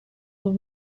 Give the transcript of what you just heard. will